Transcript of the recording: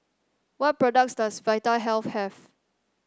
what products does Vitahealth have